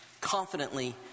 confidently